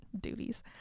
duties